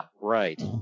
right